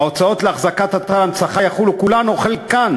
ההוצאות לאחזקת אתר הנצחה יחולו כולן או חלקן